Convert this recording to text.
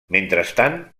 mentrestant